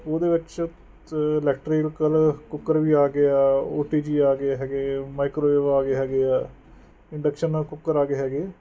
ਉਹਦੇ ਵਿੱਚ electrical cooker ਵੀ ਆ ਗਿਆ ਓ ਟੀ ਜੀ ਆ ਗਏ ਹੈਗੇ ਮਾਈਕ੍ਰੋਵੇਵ ਆ ਗਏ ਹੈਗੇ ਆ ਇੰਡਕਸ਼ਨ ਵਾਲੇ ਕੁੱਕਰ ਆ ਗਏ ਹੈਗੇ